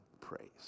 praise